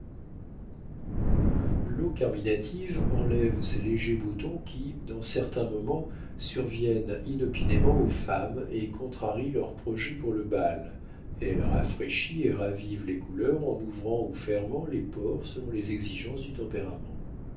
l'eau carminative enlève ces légers boutons qui dans certains moments surviennent inopinément aux femmes et contrarient leurs projets pour le bal elle rafraîchit et ravive les couleurs en ouvrant ou fermant les pores selon les exigences du tempérament